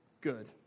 Good